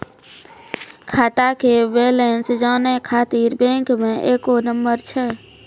खाता के बैलेंस जानै ख़ातिर बैंक मे एगो नंबर छै?